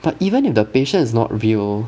but even if the patient is not real